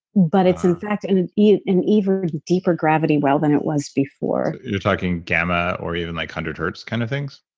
but it's in fact and and an even deeper gravity well than it was before you're talking gamma or even like hundred hertz kind of things?